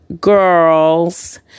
girls